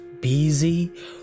busy